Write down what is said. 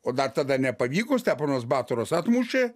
o dar tada nepavyko steponas batoras atmušė